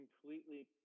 completely